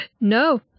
No